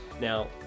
Now